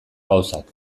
gauzak